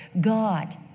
God